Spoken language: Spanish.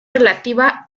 relativa